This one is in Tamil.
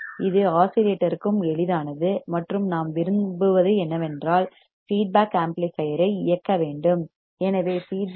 இது ஆஸிலேட்டருக்கும் எளிதானது மற்றும் நாம் விரும்புவது என்னவென்றால் ஃபீட்பேக் ஆம்ப்ளிபையர் ஐ இயக்க வேண்டும்